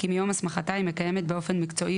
כי מיום הסמכתה היא מקיימת באופן מקצועי